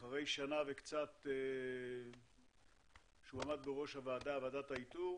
אחרי שנה וקצת שעמד בראש ועדת האיתור.